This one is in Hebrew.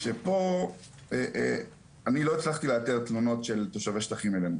שפה אני לא הצלחתי לאתר תמונות של תושבי שטחים אלינו,